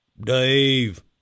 Dave